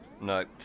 no